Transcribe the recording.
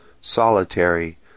solitary